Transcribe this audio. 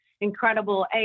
incredible